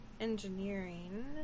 Engineering